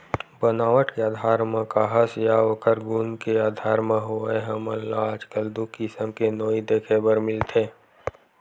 बनावट के आधार म काहस या ओखर गुन के आधार म होवय हमन ल आजकल दू किसम के नोई देखे बर मिलथे